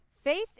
faith